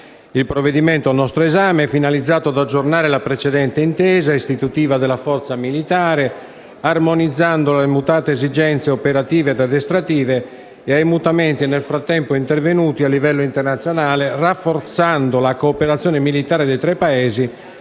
Il provvedimento è finalizzato ad aggiornare la precedente intesa istitutiva della Forza militare, armonizzandola alle mutate esigenze operative ed addestrative e ai mutamenti nel frattempo intervenuti a livello internazionale, rafforzando la cooperazione militare dei tre Paesi